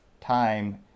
time